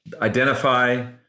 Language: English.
identify